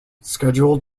scheduled